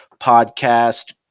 Podcast